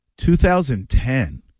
2010